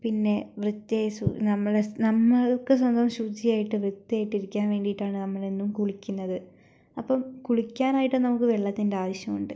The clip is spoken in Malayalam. പിന്നെ വൃത്തിയായി നമ്മളെ നമ്മൾക്ക് ശുചിയായിട്ട് വൃത്തിയായിട്ട് ഇരിക്കാൻ വേണ്ടിയിട്ടാണ് നമ്മൾ എന്നും കുളിക്കുന്നത് അപ്പം കുളിക്കാനായിട്ട് നമുക്ക് വെള്ളത്തിൻ്റെ ആവശ്യമുണ്ട്